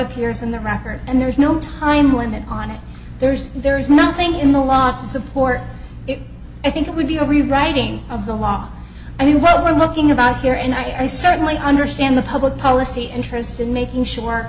appears in the record and there is no time limit on it there's there is nothing in the law to support it i think it would be a rewriting of the law i mean we're looking about here and i certainly understand the public policy interest in making sure